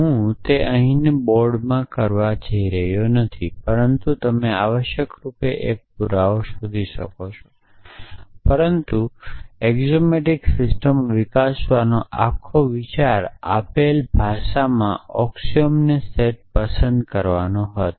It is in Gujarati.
હું તે અહીંના બોર્ડમાં કરવા જઇ રહ્યો નથી પરંતુ તમે આવશ્યક રૂપે એક પુરાવો શોધી શકો છો પરંતુ એક્ઝોમેટિક સિસ્ટમો વિકસાવવાનો આખો વિચાર આપેલ ભાષામાં ઑક્સિઓમનનો સેટ પસંદ કરવાનો હતો